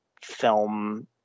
film